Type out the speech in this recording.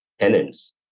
tenants